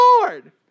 Lord